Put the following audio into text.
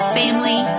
family